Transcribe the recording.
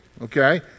okay